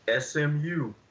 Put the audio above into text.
SMU